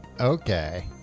Okay